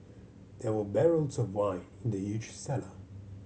there were barrels of wine in the cellar